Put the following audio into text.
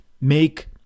make